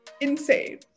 insane